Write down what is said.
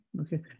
okay